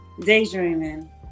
Daydreaming